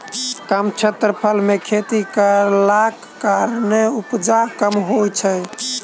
कम क्षेत्रफल मे खेती कयलाक कारणेँ उपजा कम होइत छै